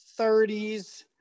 30s